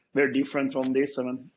we're different on this, um and